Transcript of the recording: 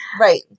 Right